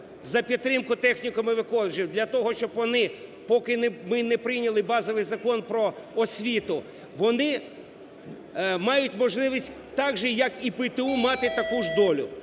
за підтримку технікумів і коледжів для того, щоб вони, поки ми не прийняли базовий Закон "Про освіту", вони мають можливість так же, як і ПТУ мати таку ж долю.